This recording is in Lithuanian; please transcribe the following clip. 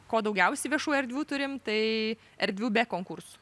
ko daugiausia viešųjų erdvių turime tai erdvių be konkursų